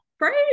Great